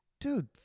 dude